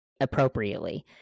appropriately